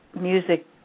music